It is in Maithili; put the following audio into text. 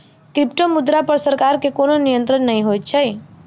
क्रिप्टोमुद्रा पर सरकार के कोनो नियंत्रण नै होइत छै